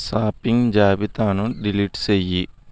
shopping జాబితాను delete చెయ్యి